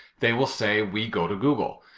they will say, we go to google.